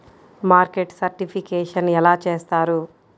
Market certification ఎలా చేస్తారు?